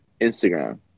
Instagram